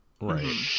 Right